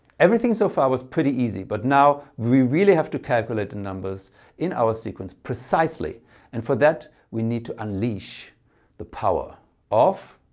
everything so far was pretty easy but now we really have to calculate the and numbers in our sequence precisely and for that we need to unleash the power of.